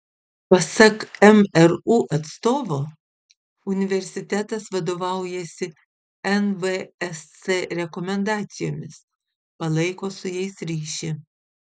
pasak mru atstovo universitetas vadovaujasi nvsc rekomendacijomis palaiko su jais ryšį